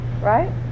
right